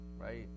right